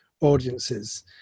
audiences